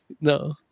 No